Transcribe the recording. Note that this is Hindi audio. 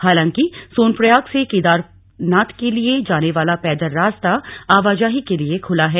हालांकि सोनप्रयाग से केदारनाथ के लिए जाने वाला पैदल रास्ता आवाजाही के लिए खुला है